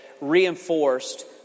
reinforced